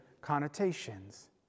connotations